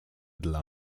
dla